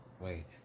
wait